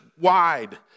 wide